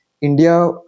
India